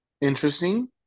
Interesting